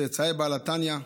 מצאצאי בעל התניא,